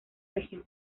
región